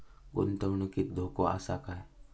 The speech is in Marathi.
गुंतवणुकीत धोको आसा काय?